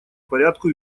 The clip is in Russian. порядку